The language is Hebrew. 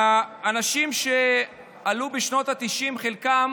האנשים שעלו בשנות התשעים, חלקם